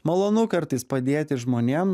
malonu kartais padėti žmonėm